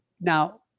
Now